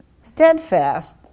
Steadfast